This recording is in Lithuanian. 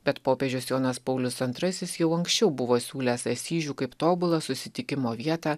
bet popiežius jonas paulius antrasis jau anksčiau buvo siūlęs asyžių kaip tobulą susitikimo vietą